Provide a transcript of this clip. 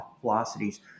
velocities